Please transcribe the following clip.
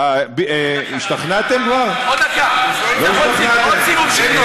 אחד: התיקון הזה יחול גם על עבירה שבוצעה לפני התיקון המוצע,